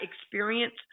experience